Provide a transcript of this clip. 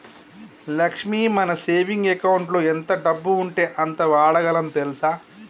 లక్ష్మి మన సేవింగ్ అకౌంటులో ఎంత డబ్బు ఉంటే అంత వాడగలం తెల్సా